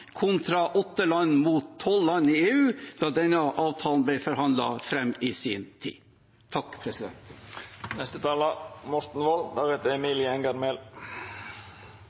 kontra åtte land mot tolv land i EU da denne avtalen ble forhandlet fram i sin tid.